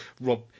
rob